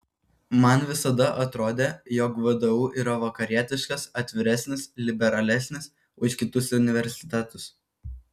man visada atrodė jog vdu yra vakarietiškas atviresnis liberalesnis už kitus universitetus